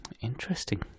interesting